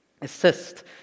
assist